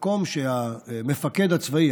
במקום שהמפקד הצבאי,